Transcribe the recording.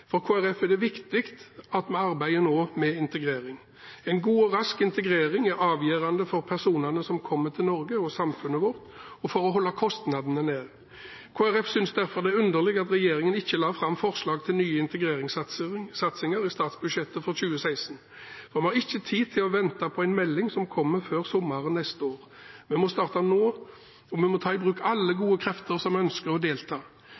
Kristelig Folkeparti er det viktig at vi nå arbeider med integrering. En god og rask integrering er avgjørende for personene som kommer til Norge og samfunnet vårt, og for å holde kostnadene nede. Kristelig Folkeparti synes derfor det er underlig at regjeringen ikke la fram forslag til nye integreringssatsinger i statsbudsjettet for 2016. Vi har ikke tid til å vente på en melding som kommer før sommeren neste år. Vi må starte nå, og vi må ta i bruk alle gode krefter som ønsker å delta.